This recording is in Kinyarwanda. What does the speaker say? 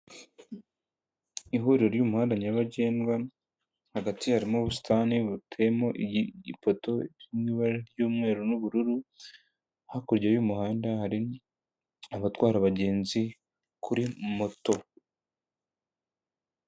Ihuriro ry'umuhanda nyabagendwa, hagati harimo ubusitani buteyemo iyi poto y'ibara ry'umweru n'ubururu, hakurya y'umuhanda hari abatwara abagenzi kuri moto.